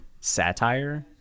satire